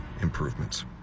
improvements